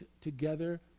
together